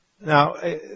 Now